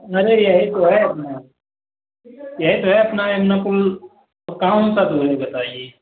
अरे यही तो है अपना यही तो है अपना यमुना पुल तो कौन सा दूर है बताइए